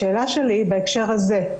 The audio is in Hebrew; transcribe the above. השאלה שלי בהקשר הזה,